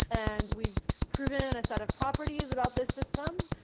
and we've proven a set of properties about this system,